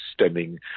stemming